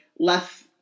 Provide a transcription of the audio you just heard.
Less